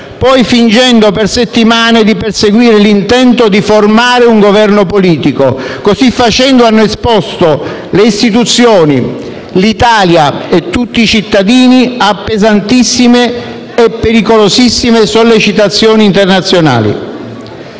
poi fingendo per settimane di perseguire l'intento di formare un Governo politico. Così facendo hanno esposto le istituzioni, l'Italia e tutti i cittadini a pesantissime e pericolosissime sollecitazioni internazionali.